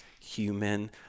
human